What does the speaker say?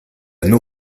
nos